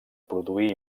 produir